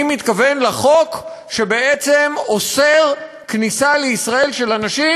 אני מתכוון לחוק שבעצם אוסר כניסה לישראל של אנשים,